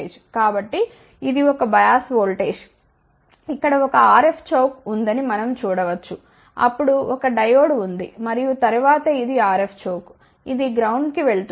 కాబట్టి ఇది ఒక బయాస్ ఓల్టేజ్ ఇక్కడ ఒక RF చోక్ ఉందని మనం చూడ వచ్చు అప్పుడు ఒక డయోడ్ ఉంది మరియు తరువాత ఇది RF చోక్ ఇది గ్రౌండ్ కి వెళుతుంది